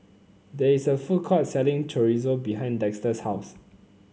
there is a food court selling Chorizo behind Dexter's house